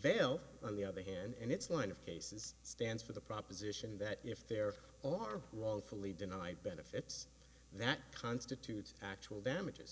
fail on the other hand and it's one of cases stands for the proposition that if there are wrongfully denied benefits that constitutes actual damages